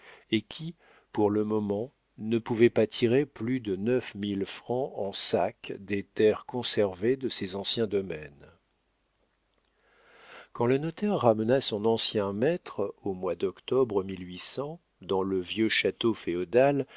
et qui pour le moment ne pouvait pas tirer plus de neuf mille francs en sac des terres conservées de ses anciens domaines quand le notaire ramena son ancien maître au mois d'octobre dans le vieux château féodal